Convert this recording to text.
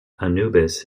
anubis